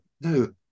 No